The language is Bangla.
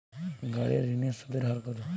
গাড়ির ঋণের সুদের হার কতো?